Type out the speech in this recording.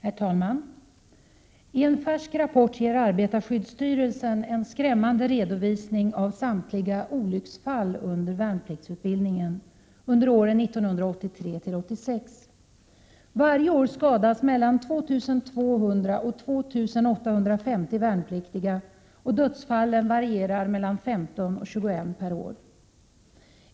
Herr talman! I en färsk rapport ger arbetarskyddsstyrelsen en skrämmande redovisning av samtliga olycksfall under värnpliktsutbildningen under åren 1983-1986. Varje år skadas mellan 2 200 och 2 850 värnpliktiga, och dödsfallen varierar mellan 15 och 21 per år.